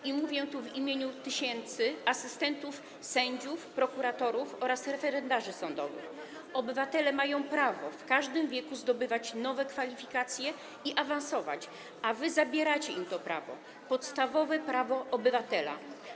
I mówię w imieniu tysięcy asystentów sędziów, prokuratorów oraz referendarzy sądowych: obywatele mają prawo w każdym wieku zdobywać nowe kwalifikacje i awansować, a wy zabieracie im to prawo, podstawowe prawo obywatela.